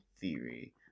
theory